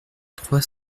trois